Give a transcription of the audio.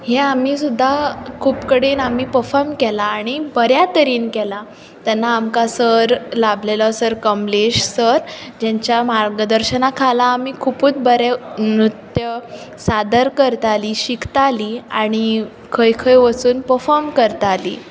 हें आमी सुद्दां खूब कडेन आमी पफॉम केला आनी बऱ्या तरेन केला तेन्ना आमकां सर लाबलेलो सर कमलेश सर जेंच्या मार्गदर्शना खाला आमी खुवूच बरें नृत्य सादर करतालीं शिकतालीं आनी खंय खंय वचून पफॉम करतालीं